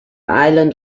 island